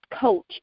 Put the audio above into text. coach